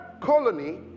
colony